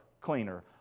cleaner